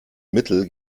mittel